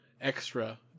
extra